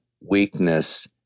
weakness